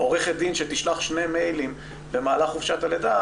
עורכת דין שתשלח שני מיילים במהלך חופשת הלידה,